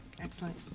Excellent